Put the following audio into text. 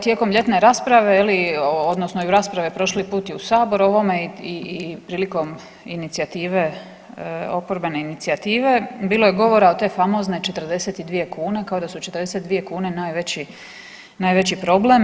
Tijekom ljetne rasprave, je li, odnosno i u rasprave prošli put i u Saboru ovome i prilikom inicijative, oporbene inicijative, bilo je govora o te famozne 42 kune, kao da su 42 kune najveći problem.